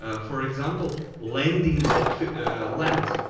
ah for example, lending the land,